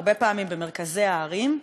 הרבה פעמים במרכזי הערים,